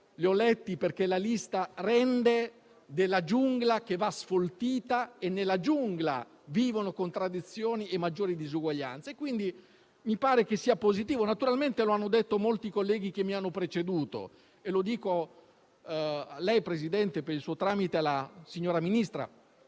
dato lettura perché la lista rende della giungla che va sfoltita e nella giungla vivono contraddizioni e maggiori disuguaglianze. Mi pare quindi che tutto questo sia positivo. Lo hanno detto molti colleghi che mi hanno preceduto e io lo dico a lei, signor Presidente e, per il suo tramite, alla signora Ministra: